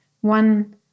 one